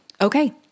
Okay